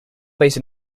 based